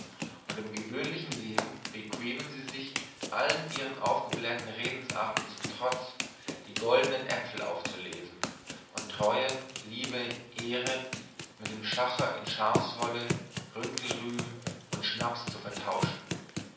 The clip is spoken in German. und im gewöhnlichen leben bequemen sie sich allen ihren aufgeblähten redensarten zum trotz die goldnen äpfel aufzulesen und treue liebe ehre mit dem schacher in schafswolle runkelrüben und schnaps zu vertauschen